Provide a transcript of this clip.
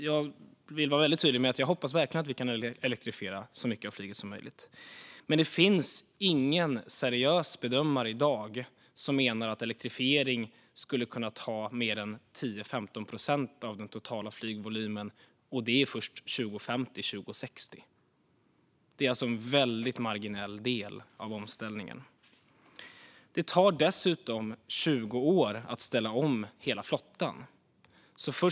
Jag vill vara väldigt tydlig med att jag verkligen hoppas att vi kan elektrifiera så mycket som möjligt av flyget. Men det finns ingen seriös bedömare i dag som menar att elektrifiering skulle kunna ta mer än 10-15 procent av den totala flygvolymen, och det är först 2050-2060. Det är alltså en väldigt marginell del av omställningen. Det tar dessutom 20 år att ställa om hela flottan.